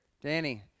Danny